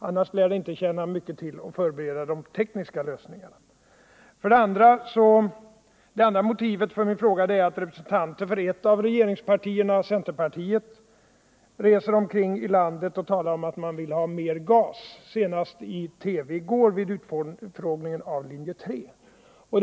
Om inte lär det inte tjäna mycket till att förbereda de tekniska lösningarna. 19 Det andra motivet för min fråga är att representanter för ett av regeringspartierna, centerpartiet, reser omkring i landet och talar om att man vill ha mer gas — det sades senast i TV i går i samband med utfrågningen av företrädare för linje 3.